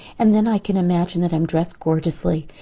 and then i can imagine that i'm dressed gorgeously.